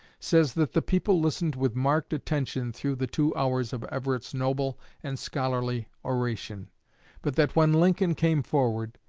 says that the people listened with marked attention through the two hours of everett's noble and scholarly oration but that when lincoln came forward,